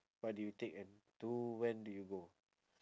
what do you take and to when do you go